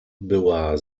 była